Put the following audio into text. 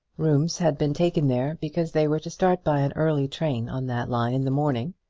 rooms had been taken there because they were to start by an early train on that line in the morning,